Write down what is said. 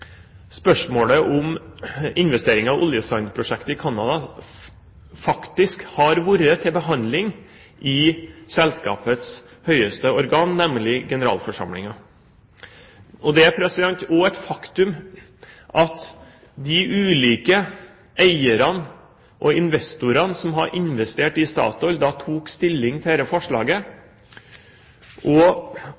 spørsmålet om investeringer i oljesandprosjektet i Canada faktisk har vært til behandling i selskapets høyeste organ, nemlig generalforsamlingen. Det er også et faktum at de ulike eierne og investorene som har investert i Statoil, da tok stilling til dette forslaget,